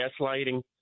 gaslighting